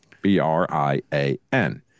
b-r-i-a-n